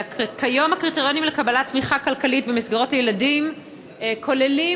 כיום הקריטריונים לקבלת תמיכה כלכלית במסגרות לילדים כוללים